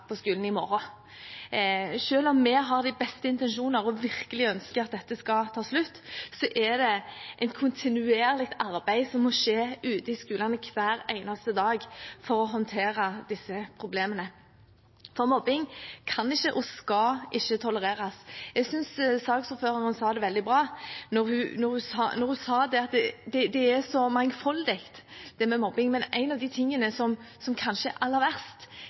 på skolen i morgen. Selv om vi har de beste intensjoner og virkelig ønsker at dette skal ta slutt, må det skje et kontinuerlig arbeid ute i skolene hver eneste dag for å håndtere disse problemene. Mobbing kan ikke, og skal ikke, tolereres. Jeg synes saksordføreren sa det veldig bra da hun sa at det er så mangfoldig, dette med mobbing. Men en av de tingene som kanskje er aller verst,